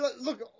look